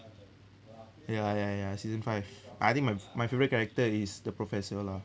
ya ya ya season five I think my my favourite character is the professor lah